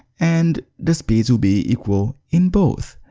and the speeds will be equal in both.